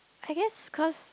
I guess cause